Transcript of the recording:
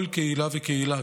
כל קהילה וקהילה,